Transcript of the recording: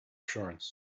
assurance